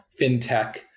fintech